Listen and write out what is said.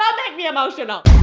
um make me emotional!